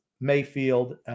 Mayfield